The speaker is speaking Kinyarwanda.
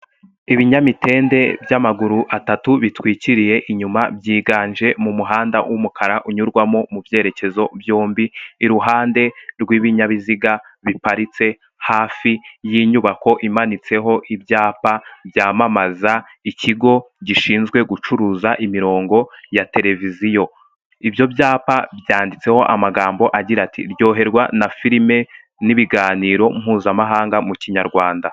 Ibinyamitende by'amaguru atatu bitwikiriye inyuma byiganje mu muhanda w'umukara unyurwamo mu byerekezo byombi iruhande rw'ibinyabiziga biparitse hafi y'inyubako imanitseho ibyapa byamamaza ikigo gishinzwe gucuruza imirongo ya televiziyo ibyo byapa byanditseho amagambo agira ati ryoherwa na filime n'ibiganiro mpuzamahanga mu kinyarwanda.